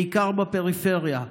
בעיקר בפריפריה,